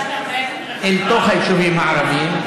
אל תוך היישובים הערביים.